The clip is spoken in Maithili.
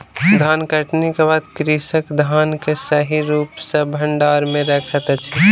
धानकटनी के बाद कृषक धान के सही रूप सॅ भंडार में रखैत अछि